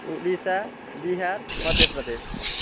Odisha Bihar Madhya Pradesh